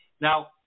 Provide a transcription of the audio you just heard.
Now